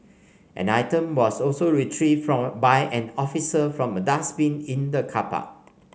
an item was also retrieved by an officer from a dustbin in the car park